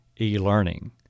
e-learning